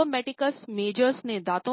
zygomaticus measures